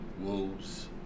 wolves